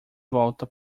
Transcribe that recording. volta